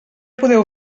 podeu